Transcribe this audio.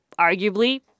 arguably